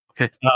Okay